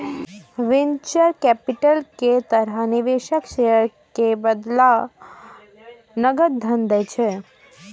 venture capital के तहत निवेशक शेयर के बदला नकद धन दै छै